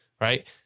Right